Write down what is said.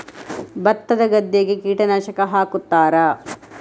ಭತ್ತದ ಗದ್ದೆಗೆ ಕೀಟನಾಶಕ ಹಾಕುತ್ತಾರಾ?